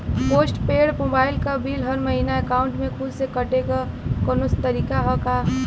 Post paid mobile क bill हर महिना एकाउंट से खुद से कटे क कौनो तरीका ह का?